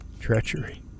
Treachery